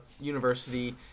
university